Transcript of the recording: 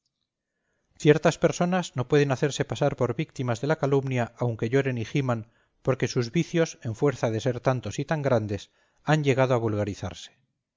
ciertas personas no pueden hacerse pasar por víctimas de la calumnia aunque lloren y giman porque sus vicios en fuerza de ser tantos y tan grandes han llegado a vulgarizarse